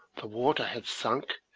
the water had sunk,